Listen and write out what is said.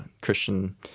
Christian